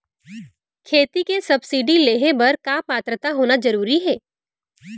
खेती के सब्सिडी लेहे बर का पात्रता होना जरूरी हे?